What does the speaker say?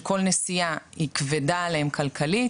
שכל נסיעה היא כבדה עליהם כלכלית.